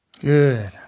Good